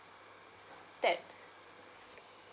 that